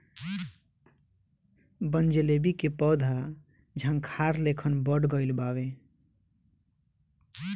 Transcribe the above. बनजीलेबी के पौधा झाखार लेखन बढ़ गइल बावे